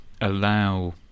allow